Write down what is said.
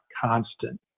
constant